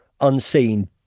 unseen